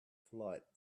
flight